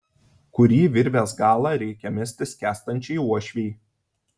kurį virvės galą reikia mesti skęstančiai uošvei